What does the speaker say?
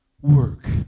work